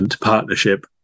partnership